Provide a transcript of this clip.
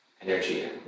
Energy